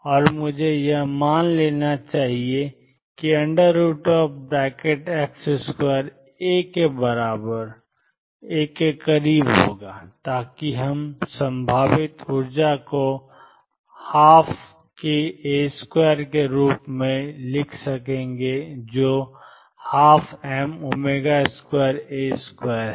और मुझे यह मान लेना चाहिए कि ⟨x2⟩∼a ताकि हम संभावित ऊर्जा को 12ka2 के रूप में लिख सकें जो कि 12m2a2 है